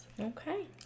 Okay